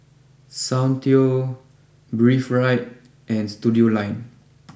Soundteoh Breathe right and Studioline